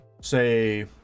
say